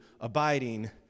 abiding